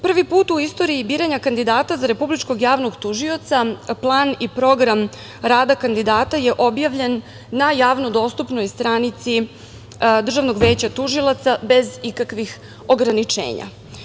Prvi put u javnosti biranja kandidata za Republičkog javnog tužioca plan i program rada kandidata je objavljen na javno dostupnoj stranici Državnog veća tužioca bez ikakvih ograničenja.